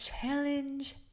challenge